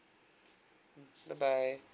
bye bye